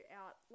out